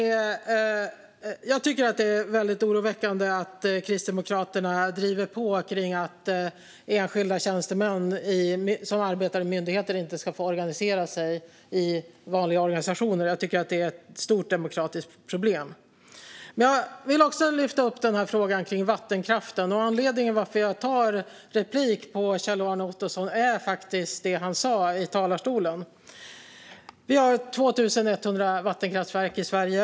Det är väldigt oroväckande att Kristdemokraterna driver på att enskilda tjänstemän som arbetar i myndigheter inte ska få organisera sig i vanliga organisationer. Jag tycker att det är ett stort demokratiskt problem. Men jag vill också lyfta fram frågan om vattenkraften. Anledningen till att jag tar replik på Kjell-Arne Ottosson är det som han sa i talarstolen. Vi har 2 100 vattenkraftverk i Sverige.